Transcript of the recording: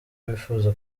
wifuza